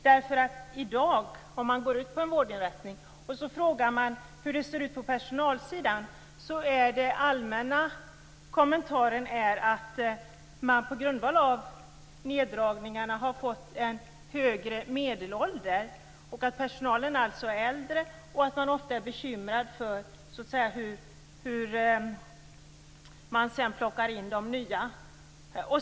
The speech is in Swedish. Om man i dag går ut på en vårdinrättning och frågar hur det ser ut på personalsidan, är den allmänna kommentaren att man på grund av neddragningarna har fått en högre medelålder. Personalen är alltså äldre, och man är ofta bekymrad för hur man skall kunna plocka in de nya.